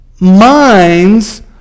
minds